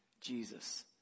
Jesus